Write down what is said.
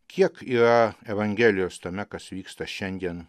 kiek yra evangelijos tame kas vyksta šiandien